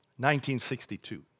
1962